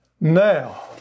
Now